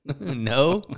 no